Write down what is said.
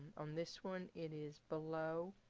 on this one it is below,